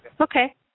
Okay